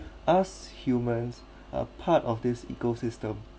us humans a part of this ecosystem